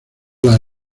las